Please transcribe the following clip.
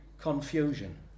confusion